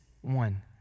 one